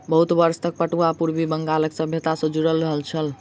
बहुत वर्ष तक पटुआ पूर्वी बंगालक सभ्यता सॅ जुड़ल छल